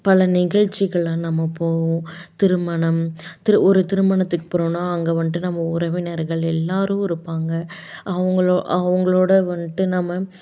பல நிகழ்ச்சிகள்ல நம்ம போவோம் திருமணம் ஒரு திருமணத்துக்கு போறோம்ன்னா அங்கே வந்துட்டு நம்ம உறவினர்கள் எல்லோரும் இருப்பாங்க அவங்களோ அவங்களோட வந்துட்டு நம்ம